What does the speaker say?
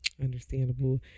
Understandable